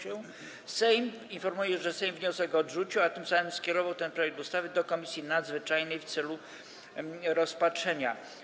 Informuję, że Sejm wniosek odrzucił, a tym samym skierował ten projekt ustawy do Komisji Nadzwyczajnej w celu rozpatrzenia.